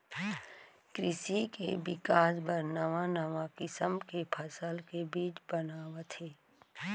कृसि के बिकास बर नवा नवा किसम के फसल के बीज बनावत हें